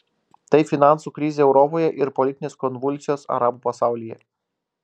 tai finansų krizė europoje ir politinės konvulsijos arabų pasaulyje